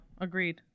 Agreed